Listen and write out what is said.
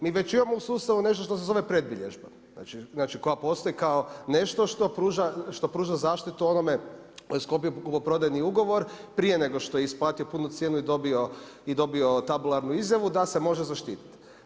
Mi već imamo u sustavu nešto što se zove predbilježba, znači koja postoji kao nešto što pruža zaštitu onome tko je sklopio kupoprodajni ugovor prije nego što je isplatio punu cijenu i dobio tabularnu izjavu da će može zaštiti.